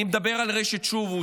אני מדבר על רשת שובו,